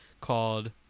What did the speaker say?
called